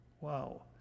Wow